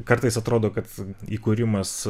kartais atrodo kad įkūrimas